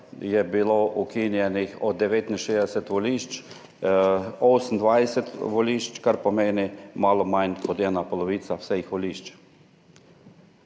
je bilo ukinjenih od 69 volišč 28 volišč, kar pomeni malo manj kot polovica vseh volišč.